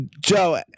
Joe